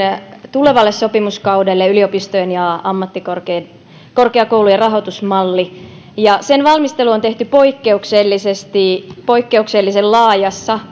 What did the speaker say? tulevalle sopimuskaudelle yliopistojen ja ammattikorkeakoulujen rahoitusmalli sen valmistelu on tehty poikkeuksellisesti poikkeuksellisen laajassa